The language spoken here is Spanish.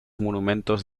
monumentos